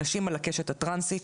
אנשים על הקשת הטרנסית,